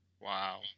Wow